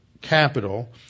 capital